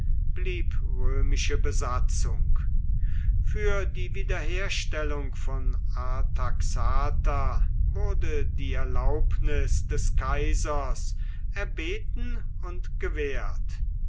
blieb römische besatzung für die wiederherstellung von artaxata wurde die erlaubnis des kaisers erbeten und gewährt